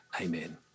Amen